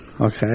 okay